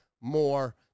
more